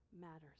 matters